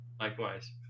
Likewise